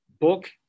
book